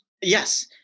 Yes